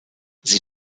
sie